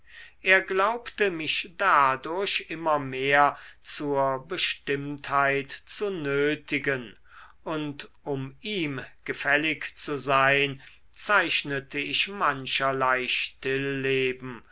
er glaubte mich dadurch immer mehr zur bestimmtheit zu nötigen und um ihm gefällig zu sein zeichnete ich mancherlei